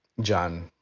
John